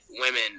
women